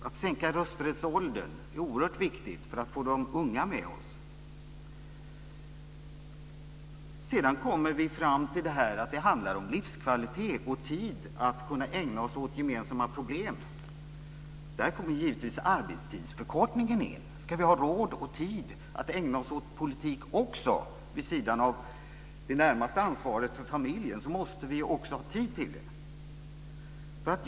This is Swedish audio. Att sänka rösträttsåldern är oerhört viktigt för att få med oss de unga. Det handlar vidare om livskvalitet och tid att ägna sig åt gemensamma problem. Där kommer en arbetstidsförkortning in. Ska vi ha tid och råd att ägna oss åt politik vid sidan av det närmaste ansvaret för familjen måste vi också få tid för detta.